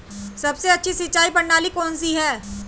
सबसे अच्छी सिंचाई प्रणाली कौन सी है?